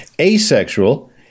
asexual